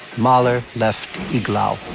mahler left iglau.